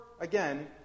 again